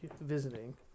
visiting